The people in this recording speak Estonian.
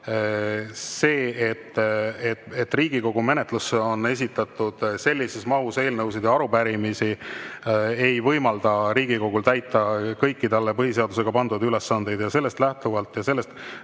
see, et Riigikogu menetlusse on esitatud sellises mahus eelnõusid ja arupärimisi, ei võimalda Riigikogul täita kõiki talle põhiseadusega pandud ülesandeid. Põhiseaduse §‑st 65 lähtuvalt me olemegi